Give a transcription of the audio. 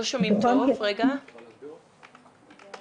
אני רוצה לשאול על הפער בין ה-23% הזה לבין הצורך האמיתי.